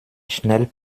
schnell